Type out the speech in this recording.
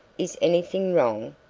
is anything wrong?